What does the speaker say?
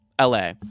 LA